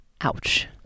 Ouch